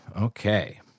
Okay